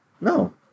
No